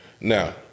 Now